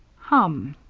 hum,